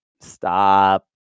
stop